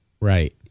Right